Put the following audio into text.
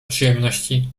przyjemności